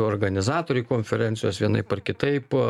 organizatoriai konferencijos vienaip ar kitaip